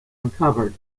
uncovered